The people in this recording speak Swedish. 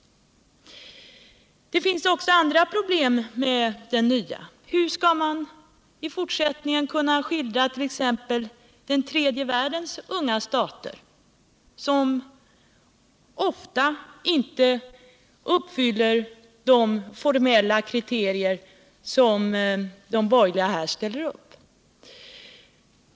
Det finns också andra problem med den nya formuleringen. Hur skall man i fortsättningen kunna skildra t.ex. den tredje världens unga stater, som ofta inte uppfyller de kriterier som de borgerliga här ställer upp?